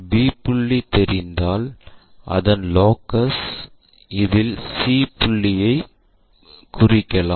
b புள்ளி தெரிந்தால் அதன் லோகஸ் இல் c புள்ளியை குறிக்கலாம்